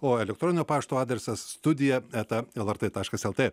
o elektroninio pašto adresas studija eta lrt taškas lt